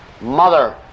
mother